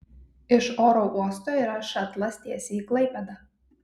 iš oro uosto yra šatlas tiesiai į klaipėdą